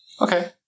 Okay